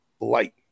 light